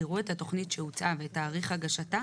יראו את התכנית שהוצעה ואת תאריך הגשתה